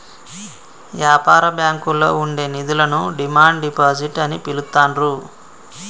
యాపార బ్యాంకుల్లో ఉండే నిధులను డిమాండ్ డిపాజిట్ అని పిలుత్తాండ్రు